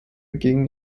gingen